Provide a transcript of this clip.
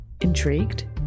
Intrigued